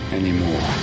anymore